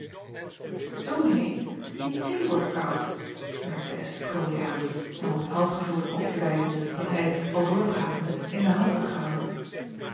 ominee je thee wordt koud merkte sther rawley aan hem op het half gevulde kopje wijzende dat hij al doorpratende in de hand had gehouden